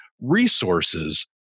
resources